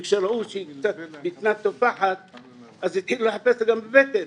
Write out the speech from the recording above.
כשראו שבטנה קצת תופחת אז התחילו לחפש גם בבטן,